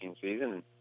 season